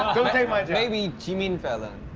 take my job. maybe jimin fallon.